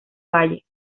valle